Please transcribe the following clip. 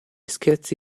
scherzi